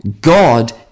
God